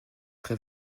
très